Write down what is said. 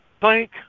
Thank